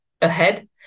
ahead